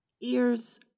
ears